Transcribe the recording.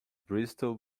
bristol